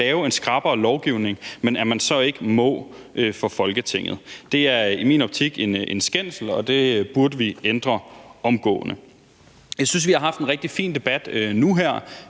lave en skrappere lovgivning, så må man ikke for Folketinget. Det er i min optik en skændsel, og det burde vi ændre omgående. Jeg synes, vi har haft en rigtig fin debat nu her,